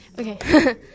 Okay